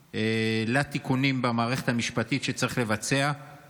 לתיקונים שצריך לבצע במערכת המשפטית,